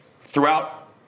throughout